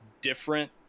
different